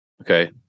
okay